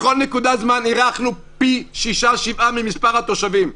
בכל נקודת זמן אירחנו פי שישה-שבעה ממספר התושבים.